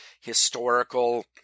historical